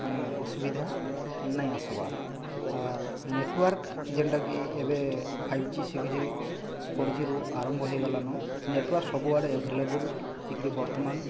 ମାନେ ଅସୁବିଧା ନାଇଁ ଆସିବାର୍ ଆର୍ ନେଟୱାର୍କ୍ ଯେଣ୍ଟା କି ଏବେ ଫାଇଭ୍ଜି ସିକ୍ସଜି ଫୋର୍ଜିରୁ ଆରମ୍ଭ ହେଇଗଲାନ ନେଟୱାର୍କ୍ ସବୁଆଡ଼େ ଆଭେଲବୁଲ୍ ହେଇକିରି ବର୍ତ୍ତମାନ